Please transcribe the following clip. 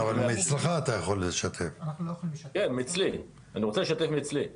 בסיס תחמושת תפן ומצד מערב עובר כביש ארצי מספר שבעים.